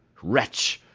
wretch!